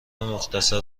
مختصر